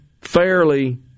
fairly